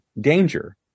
danger